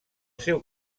seu